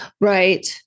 right